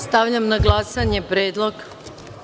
Stavljam na glasanje predlog.